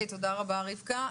תודה רבה, רבקה.